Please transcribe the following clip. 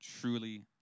truly